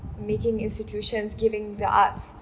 making institutions giving the arts